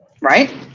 right